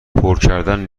پرکردن